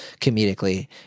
comedically